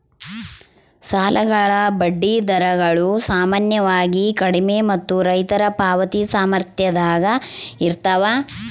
ಸಾಲಗಳ ಬಡ್ಡಿ ದರಗಳು ಸಾಮಾನ್ಯವಾಗಿ ಕಡಿಮೆ ಮತ್ತು ರೈತರ ಪಾವತಿ ಸಾಮರ್ಥ್ಯದಾಗ ಇರ್ತವ